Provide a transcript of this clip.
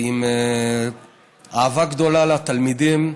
עם אהבה גדולה לתלמידים,